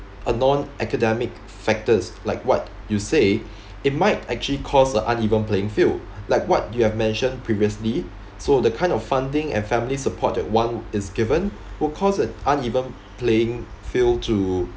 a non academic factors like what you say it might actually cause a uneven playing field like what you have mentioned previously so the kind of funding and family support that one is given will cause an uneven playing field to